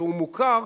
והוא מוכר,